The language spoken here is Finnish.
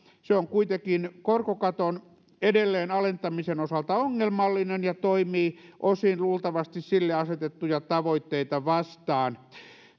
ehdotus on kuitenkin korkokaton edelleen alentamisen osalta ongelmallinen ja toimii osin luultavasti sille asetettuja tavoitteita vastaan